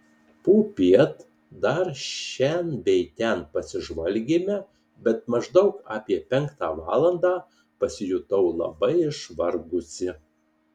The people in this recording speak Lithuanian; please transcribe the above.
popiet dar šen bei ten pasižvalgėme bet maždaug apie penktą valandą pasijutau labai išvargusi